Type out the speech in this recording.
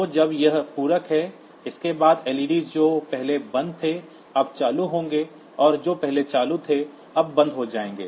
तो जब यह पूरक है इसके बाद लइडी LED's जो पहले बंद थे अब चालू होंगे और जो पहले चालू थे अब बंद हो जाएंगे